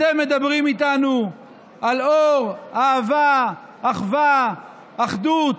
אתם מדברים איתנו על אור, אהבה, אחווה, אחדות,